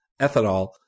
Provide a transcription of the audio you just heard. ethanol